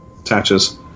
attaches